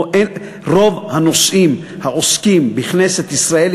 רוב הנושאים שעוסקים בהם בכנסת ישראל,